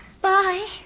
Bye